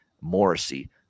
Morrissey